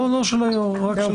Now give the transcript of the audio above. לא רק של היושב-ראש.